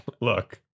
Look